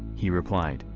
he replied,